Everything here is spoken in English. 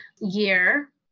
year